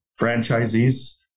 franchisees